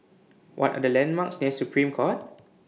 What Are The landmarks near Supreme Court